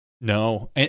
No